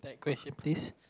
question please